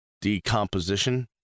Decomposition